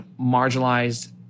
marginalized